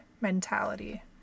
mentality